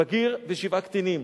בגיר ושבעה קטינים.